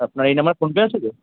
আপনার এই নাম্বারে ফোনপে আছে তো